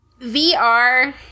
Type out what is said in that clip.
VR